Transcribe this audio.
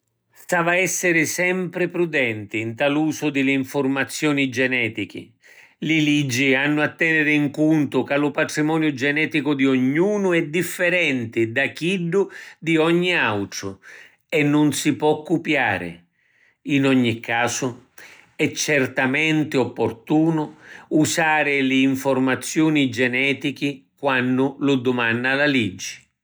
S’avi a essiri sempri prudenti nta l’usu di li nfurmazioni genetichi. Li liggi hannu a teniri in cuntu ca lu patrimoniu geneticu di ognunu è differenti da chiddu di ogni autru e nun si pò cupiari. In ogni casu, è certamenti opportunu usari li nfurmaziuni genetichi quannu lu dumanna la liggi.